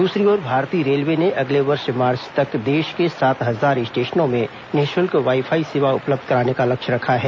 दूसरी ओर भारतीय रेलवे ने अगले वर्ष मार्च तक देश के सात हजार स्टेशनों में निःशल्क वाई फाई सेवा उपलब्ध कराने का लक्ष्य रखा है